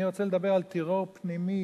אני רוצה לדבר על טרור פנימי,